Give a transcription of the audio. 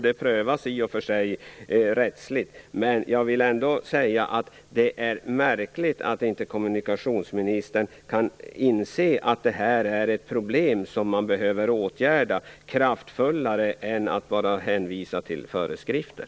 Det kan i och för sig prövas rättsligt, men jag vill ändå säga att det är märkligt att kommunikationsministern inte kan inse att det är ett problem som man behöver åtgärda kraftfullare än genom att bara hänvisa till föreskrifter.